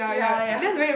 yeah yeah